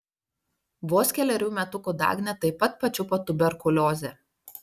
vos kelerių metukų dagnę taip pat pačiupo tuberkuliozė